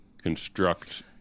construct